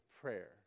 prayer